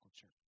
church